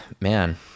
man